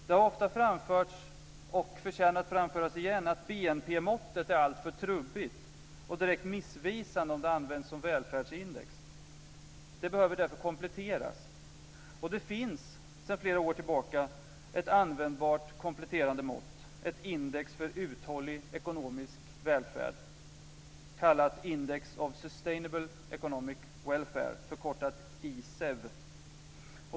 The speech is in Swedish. Det har ofta framförts, och förtjänar att framföras igen, att BNP-måttet är alltför trubbigt, och direkt missvisande om det används som välfärdsindex. Det behöver därför kompletteras, och det finns sedan flera år tillbaka ett användbart kompletterande mått, ett index för uthållig ekonomisk välfärd, som kallas Index of Sustainable Economic Welfare, förkortat ISEW.